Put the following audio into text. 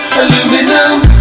aluminum